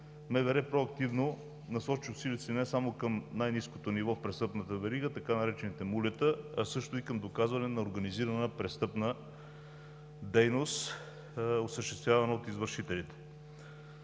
проактивно насочва усилията си не само към най-ниското ниво в престъпната верига, така наречените мулета, а също и към доказване на организирана престъпна дейност, осъществявана от извършителите.